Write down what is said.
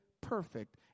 perfect